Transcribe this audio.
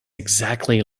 exactly